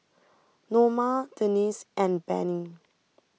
Noma Denese and Bennie